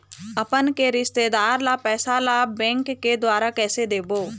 अपन के रिश्तेदार ला पैसा ला बैंक के द्वारा कैसे देबो?